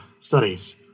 studies